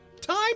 time